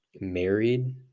married